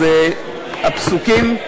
אז הפסוקים,